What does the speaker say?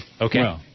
Okay